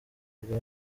bwa